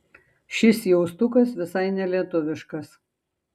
šis jaustukas visai nelietuviškas